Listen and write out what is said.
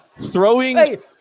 Throwing